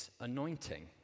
anointing